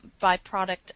byproduct